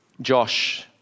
Josh